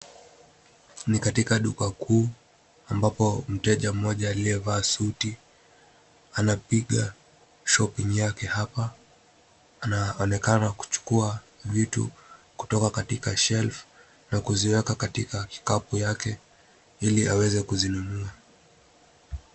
Ni katika duka kuu ambapo mteja mmoja aliye vaa suti anapiga shopping yake hapa anaonekana kuchukua vitu kutoka katika shelf na kuziweka katika kikapu yake ili aweze kuzinunua.